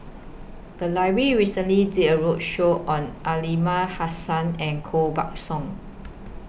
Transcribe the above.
The Library recently did A roadshow on Aliman Hassan and Koh Buck Song